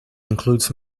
includes